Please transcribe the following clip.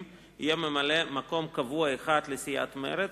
יהיה ממלא-מקום קבוע אחד לסיעת מרצ,